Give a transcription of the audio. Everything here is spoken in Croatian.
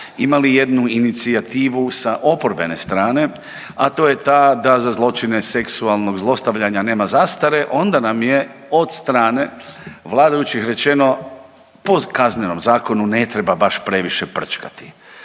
imali jednu inicijativu sa oporbene strane, a to je ta da za zločine seksualnog zlostavljanja nema zastare onda nam je od strane vladajućih rečeno po Kaznenom zakonu ne treba baš previše prčkati.